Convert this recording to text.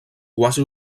quasi